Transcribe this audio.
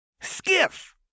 Skiff